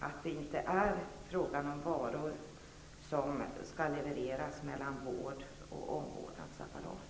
Det är inte fråga om varor som skall levereras mellan vård och omvårdnadsapparater.